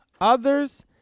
others